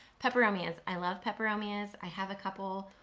peperomias, i love peperomias, i have a couple.